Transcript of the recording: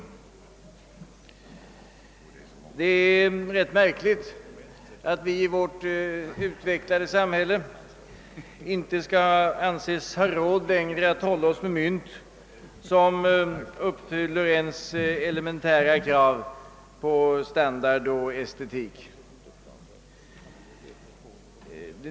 Det är rätt märkligt att vi i vårt utvecklade samhälle inte skall anses ha råd att längre hålla oss med mynt som uppfyller ens elementära krav på standard och estetik.